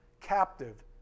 captive